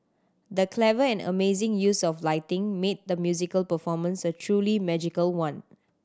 the clever and amazing use of lighting made the musical performance a truly magical one